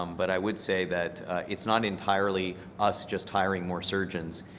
um but i would say that it's not entirely us just hiring more surgeons.